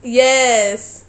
yes